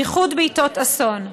בייחוד בעיתות אסון.